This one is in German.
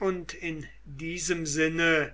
und in diesem sinne